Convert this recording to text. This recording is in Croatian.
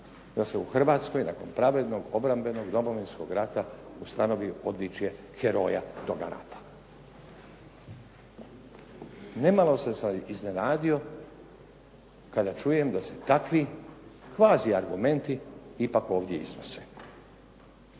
da se u Hrvatskoj nakon pravednog, obrambenog Domovinskog rata ustanovi odličje heroja toga rata. Nemalo sam se iznenadio kada čujem da se takvi kvazi argumenti ipak ovdje iznose.